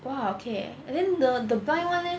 !wah! okay and then the the blind [one] leh